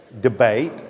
debate